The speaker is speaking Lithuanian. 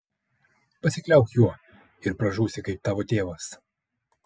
pasikliauk juo ir pražūsi kaip tavo tėvas